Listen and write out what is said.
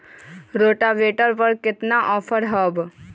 Rotavator पर केतना offer हव?